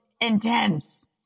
intense